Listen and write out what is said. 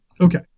Okay